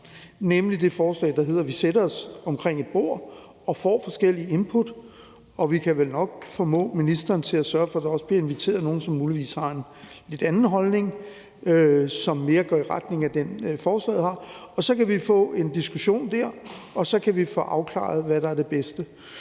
nemlig det forslag, der handler om, at vi sætter os omkring et bord og får forskellige input. Og vi kan vel nok formå ministeren til at sørge for, at der også bliver inviteret nogle, som muligvis har en lidt anden holdning, som går mere i retning af den, der gives udtryk for i forslaget. Så kan vi få en diskussion der, og så kan vi få afklaret, hvad der er det bedste.